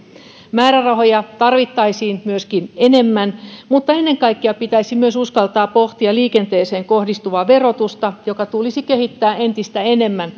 määrärahoja tarvittaisiin myöskin enemmän mutta ennen kaikkea pitäisi myös uskaltaa pohtia liikenteeseen kohdistuvaa verotusta jota tulisi kehittää entistä enemmän